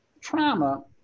trauma